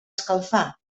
escalfar